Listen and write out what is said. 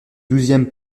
douzième